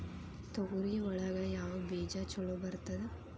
ತೊಗರಿ ಒಳಗ ಯಾವ ಬೇಜ ಛಲೋ ಬರ್ತದ?